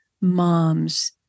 moms